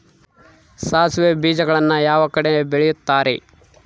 ಸಾಸಿವೆ ಬೇಜಗಳನ್ನ ಯಾವ ಕಡೆ ಬೆಳಿತಾರೆ?